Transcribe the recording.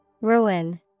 Ruin